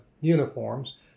uniforms